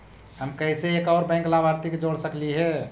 हम कैसे एक और बैंक लाभार्थी के जोड़ सकली हे?